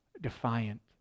defiant